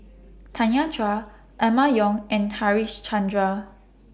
Tanya Chua Emma Yong and Harichandra